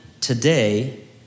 today